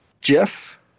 Jeff